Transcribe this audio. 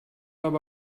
aber